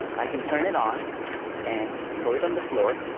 i can turn it on and throw it on the floor